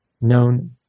known